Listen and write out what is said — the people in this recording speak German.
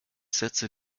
setze